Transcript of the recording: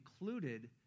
included